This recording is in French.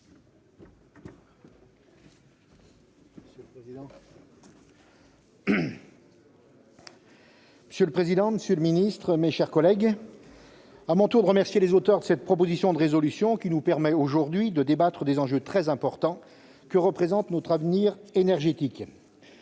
Monsieur le président, monsieur le ministre, mes chers collègues, à mon tour, je remercie les auteurs de cette proposition de résolution, qui nous permet aujourd'hui de débattre des enjeux très importants que représente notre avenir énergétique.